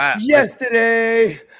Yesterday